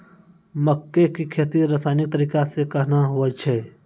मक्के की खेती रसायनिक तरीका से कहना हुआ छ?